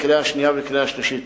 לקריאה שנייה ולקריאה שלישית.